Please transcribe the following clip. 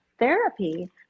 therapy